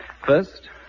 First